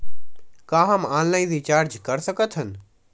का हम online recharge कर सकत हन?